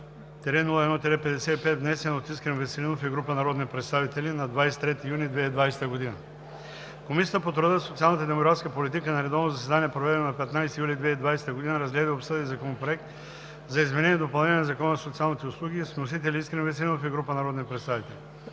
№ 054-01-55, внесен от Искрен Василев Веселинов и група народни представители на 23 юни 2020 г. Комисията по труда, социалната и демографската политика на редовно заседание, проведено на 15 юли 2020 г., разгледа и обсъди Законопроекта за изменение и допълнение на Закона за социалните услуги, с вносители Искрен Веселинов и група народни представители.